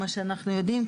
לפי מה שאנחנו יודעים,